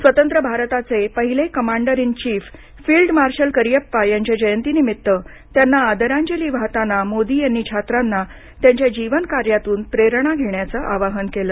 स्वतंत्र भारताचे पहिले commander in chief field marshal Cariappa यांच्या जयंतीनिमित्त त्यांना आदरांजली वाहताना मोदी यांनी छात्रांना त्यांच्या जीवनकार्यातून प्रेरणा घेण्याचं आवाहन केलं